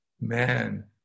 man